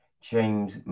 James